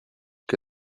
que